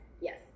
Yes